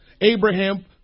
Abraham